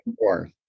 more